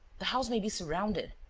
the house may be surrounded.